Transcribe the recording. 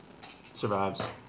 survives